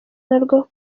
narwo